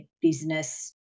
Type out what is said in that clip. business